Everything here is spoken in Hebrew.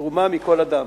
תרומה מכל אדם.